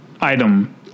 item